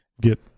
get